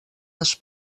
les